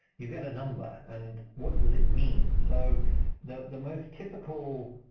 you've got a number and what does it mean? so the the most typical